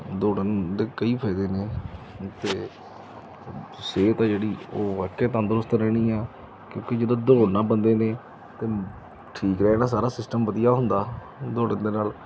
ਦੌੜਨ ਦੇ ਕਈ ਫਾਇਦੇ ਨੇ ਅਤੇ ਸਿਹਤ ਜਿਹੜੀ ਉਹ ਵਾਕੇ ਤੰਦਰੁਸਤ ਰਹਿਣੀ ਆ ਕਿਉਂਕਿ ਜਦੋਂ ਦੌੜਨਾ ਬੰਦੇ ਨੇ ਅਤੇ ਠੀਕ ਰਹਿਣਾ ਸਾਰਾ ਸਿਸਟਮ ਵਧੀਆ ਹੁੰਦਾ ਦੌੜਨ ਦੇ ਨਾਲ